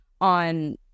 on